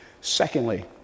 Secondly